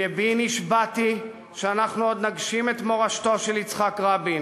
ובי נשבעתי שאנחנו עוד נגשים את מורשתו של יצחק רבין.